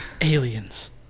Aliens